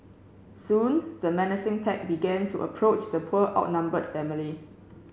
soon the menacing pack began to approach the poor outnumbered family